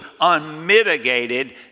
unmitigated